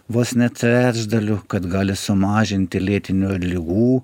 vos ne trečdaliu kad gali sumažinti lėtinių ligų